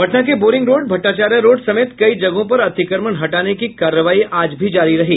पटना के Boring Road Bhattacharya Road समेत कई जगहों पर अतिक्रमण हटाने की कार्रवाई आज भी जारी रही